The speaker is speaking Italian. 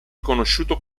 conosciuto